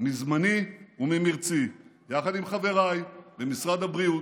מזמני וממרצי, יחד עם חבריי ממשרד הבריאות.